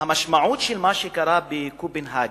שהמשמעות של מה שקרה בקופנהגן,